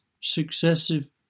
successive